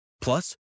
Plus